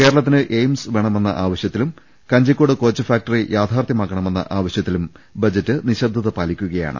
കേരളത്തിന് എയിംസ് വേണമെന്ന ആവശൃത്തിലും കഞ്ചിക്കോട് കോച്ച് ഫാക്ടറി യാഥാർത്ഥ്യമാക്കണ മെന്ന ആവശൃത്തിലും ബജറ്റ് നിശബ്ദത പാലിക്കുകയാണ്